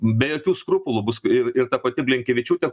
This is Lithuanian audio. be jokių skrupulų bus ir ir ta pati blinkevičiūtė